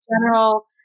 general